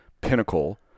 pinnacle